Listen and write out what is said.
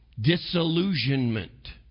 Disillusionment